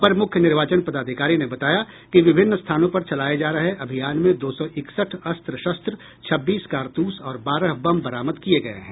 अपर मुख्य निर्वाचन पदाधिकारी ने बताया कि विभिन्न स्थानों पर चलाये जा रहे अभियान में दो सौ इकसठ अस्त्र शस्त्र छब्बीस कारतूस और बारह बम बरामद किये गये हैं